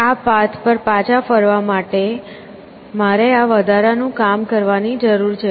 આ પાથ પર પાછા ફરવા માટે મારે આ વધારાનું કામ કરવાની જરૂર છે